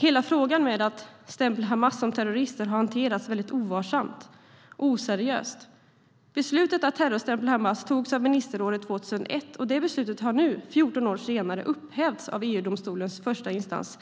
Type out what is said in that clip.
Hela frågan med att stämpla Hamas som terrorister har hanterats ovarsamt och oseriöst. Beslutet att terrorstämpla Hamas fattades av ministerrådet 2001. Det beslutet har nu, 14 år senare, upphävts av EU-domstolens första instans